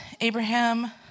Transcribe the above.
Abraham